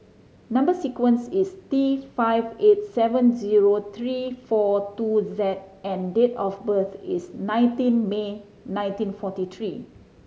number sequence is T five eight seven zero three four two Z and date of birth is nineteen May nineteen forty three